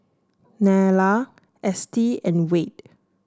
Nella Estie and Wade